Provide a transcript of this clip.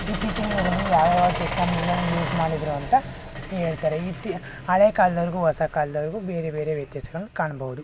ಇತ್ತೀಚಿನ ದಿನಗಳಲ್ಲಿ ಯಾವ ಯಾವ ಟೆಕ್ನಾಲಜಿಗಳನ್ನು ಯೂಸ್ ಮಾಡಿದರು ಅಂತ ಹೇಳ್ತಾರೆ ಇತ್ತೀ ಹಳೆ ಕಾಲದವ್ರಿಗೂ ಹೊಸ ಕಾಲದವ್ರಿಗೂ ಬೇರೆ ಬೇರೆ ವ್ಯತ್ಯಾಸಗಳನ್ನು ಕಾಣ್ಬೋದು